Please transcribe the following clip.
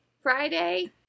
Friday